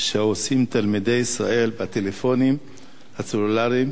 שעושים תלמידי ישראל בטלפונים הסלולריים